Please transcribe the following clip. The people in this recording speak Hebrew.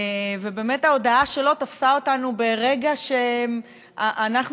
ההודעה שלו תפסה אותנו ברגע שאנחנו